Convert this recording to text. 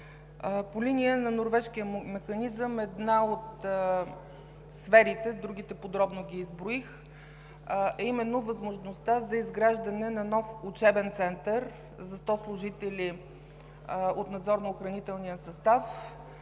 по линия на Норвежкия механизъм една от сферите – другите подробно ги изброих, е именно възможността за изграждане на нов Учебен център за 100 служители от Надзорно-охранителния състав,